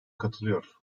katılıyor